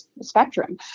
spectrum